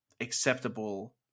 acceptable